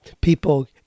people